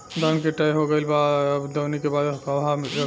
धान के कटाई हो गइल बा अब दवनि के बाद कहवा रखी?